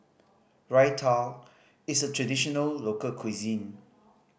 raita is a traditional local cuisine